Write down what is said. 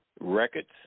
records